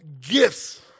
gifts